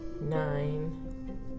Nine